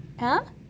!huh!